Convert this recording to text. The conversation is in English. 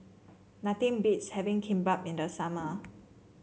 nothing beats having Kimbap in the summer